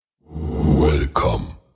Welcome